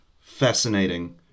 fascinating